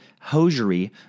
hosiery